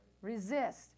resist